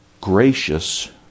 gracious